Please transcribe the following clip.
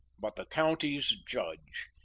but the county's judge.